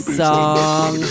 song